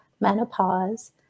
menopause